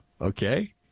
Okay